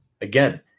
Again